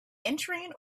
entering